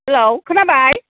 hello खोनाबाय